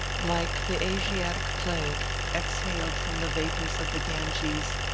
like the asiatic plague exhaled from the vapors of the ganges,